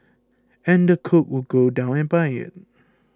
and the cook would go down and buy it